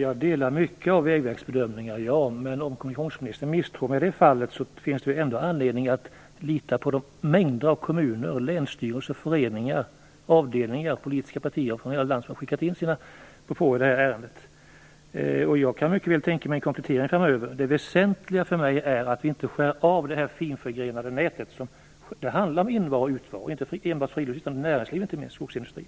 Jag delar många av Vägverkets bedömningar. Om kommunikationsministern misstror mig i det fallet finns det väl anledning att lita på de mängder av kommuner, länsstyrelser, föreningar, politiska partier från hela landet som skickat in sina propåer i det här ärendet. Jag kan mycket väl tänka mig en komplettering framöver. Det väsentliga för mig är att inte skära av det finförgrenade nätet. Det handlar inte enbart om friluftsliv utan är av betydelse även för näringslivet och skogsindustrin.